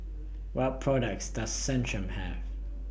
What products Does Centrum Have